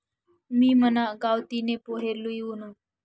मी मना गावतीन पोहे लई वुनू